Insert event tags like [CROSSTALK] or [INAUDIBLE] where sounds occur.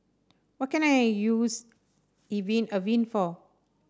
what can I use [UNINTELLIGIBLE] Avene for